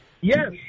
Yes